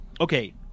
okay